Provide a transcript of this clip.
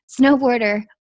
Snowboarder